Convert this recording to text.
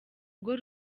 bwo